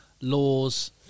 Laws